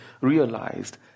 realized